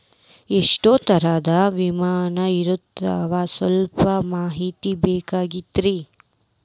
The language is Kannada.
ಎಷ್ಟ ತರಹದ ವಿಮಾ ಇರ್ತಾವ ಸಲ್ಪ ಮಾಹಿತಿ ಬೇಕಾಗಿತ್ರಿ